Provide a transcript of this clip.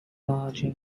larger